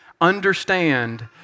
understand